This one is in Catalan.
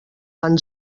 van